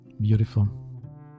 Beautiful